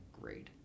great